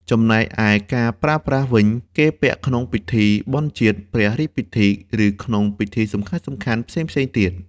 ចំណែកឯការប្រើប្រាស់វិញគេពាក់ក្នុងពិធីបុណ្យជាតិ ព្រះរាជពិធី ឬក្នុងពិធីសំខាន់ៗផ្សេងៗទៀត។